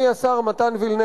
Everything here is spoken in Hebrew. היו כביכול מנגנונים